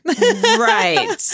Right